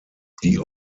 die